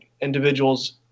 individuals